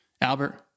Albert